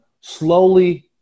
slowly